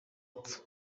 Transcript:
apfa